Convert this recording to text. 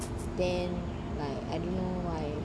then like I don't know why